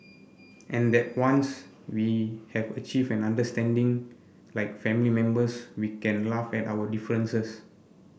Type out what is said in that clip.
and that once we have achieved an understanding like family members we can laugh at our differences